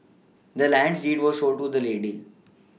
the land's deed was sold to the lady